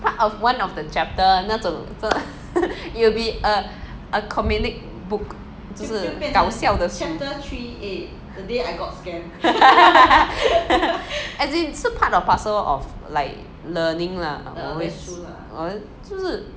part of one of the chapter 那种 it will be a a comic book 就是搞笑的 as 是 part of parcel of like learning lah 我会说是不是